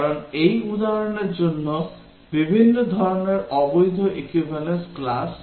কারণ এই উদাহরণের জন্য বিভিন্ন ধরণের অবৈধ equivalence class রয়েছে